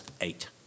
eight